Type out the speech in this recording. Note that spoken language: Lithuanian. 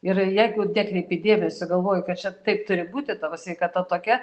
ir jeigu nekreipi dėmesio galvoji kad čia taip turi būti tavo sveikata tokia